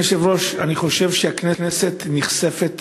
אדוני היושב-ראש, אני חושב שהכנסת נחשפת